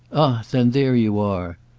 ah then there you are!